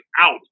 out